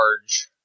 large